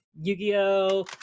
Yu-Gi-Oh